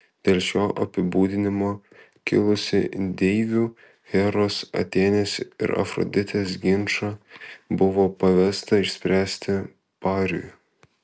dėl šio apibūdinimo kilusį deivių heros atėnės ir afroditės ginčą buvo pavesta išspręsti pariui